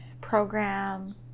program